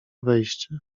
wejście